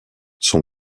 son